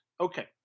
Okay